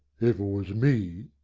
if it was me,